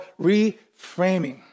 reframing